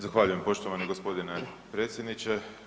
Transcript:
Zahvaljujem poštovani g. predsjedniče.